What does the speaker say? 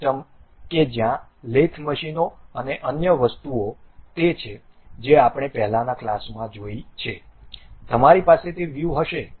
system કે જ્યાં lathe મશીનો અને અન્ય વસ્તુઓ તે છે જે આપણે પહેલાના ક્લાસોમાં જોઇ છે તમારી પાસે તે વ્યૂ હશે